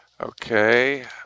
Okay